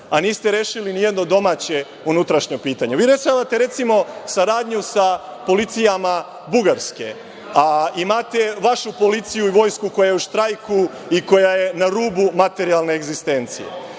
a niste rešili nijedno domaće, unutrašnje, pitanje. Vi imate recimo, saradnju sa policijama Bugarske, a imate vašu policiju i vojsku koja je u štrajku i koja je na rubu materijalne egzistencije.